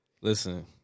Listen